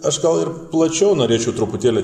aš gal ir plačiau norėčiau truputėlį